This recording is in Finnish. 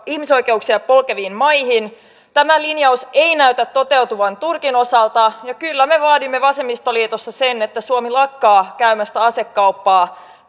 ihmisoikeuksia polkeviin maihin tämä linjaus ei näytä toteutuvan turkin osalta kyllä me vaadimme vasemmistoliitossa sitä että suomi lakkaa käymästä asekauppaa